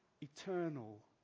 eternal